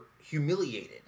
humiliated